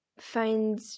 find